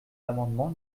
l’amendement